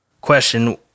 question